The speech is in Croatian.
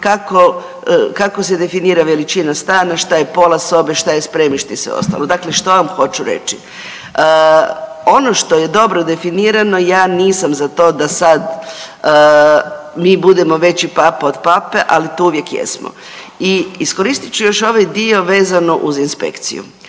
kako se definirana veličina stana, šta je pola sobe, šta je spremište i sve ostalo. Dakle, što vam hoću reći? Ono što je dobro definirano ja nisam za to da sad mi budemo veći papa od pape, ali to uvijek jesmo. I iskoristit ću još ovaj dio vezano uz inspekciju.